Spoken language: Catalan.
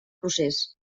procés